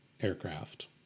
aircraft